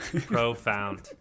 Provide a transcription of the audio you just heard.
Profound